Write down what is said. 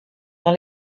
dans